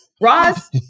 Ross